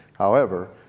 however,